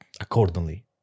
accordingly